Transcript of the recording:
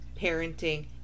parenting